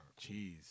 Jeez